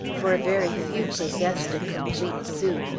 for very few possessed a complete suit,